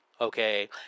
okay